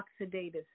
oxidative